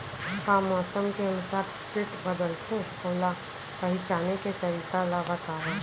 का मौसम के अनुसार किट बदलथे, ओला पहिचाने के तरीका ला बतावव?